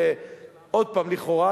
עוד פעם לכאורה,